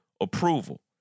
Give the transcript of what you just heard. approval